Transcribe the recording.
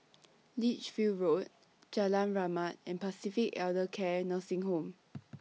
Lichfield Road Jalan Rahmat and Pacific Elder Care Nursing Home